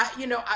ah you know,